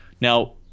Now